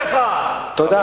לא זקוק לך, תודה.